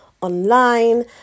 online